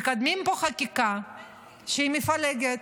מקדמים פה חקיקה שהיא מפלגת,